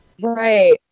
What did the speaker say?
Right